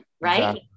right